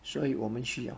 所以我们需要